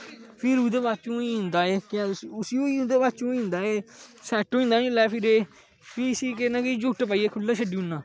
फिर ओहदे बास्तै ओहदे बाद त होई जंदा एह् सैट्ट होई जंदा जिसलै फिर एह् फ्ही के खु'ल्ले छड्डी ओड़ना